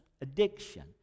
addiction